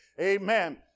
Amen